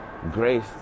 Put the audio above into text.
grace